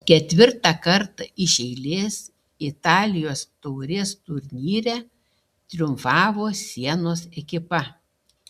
ketvirtą kartą iš eilės italijos taurės turnyre triumfavo sienos ekipa